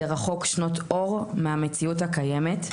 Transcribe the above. זה רחוק שנות אור מהמציאות הקיימת,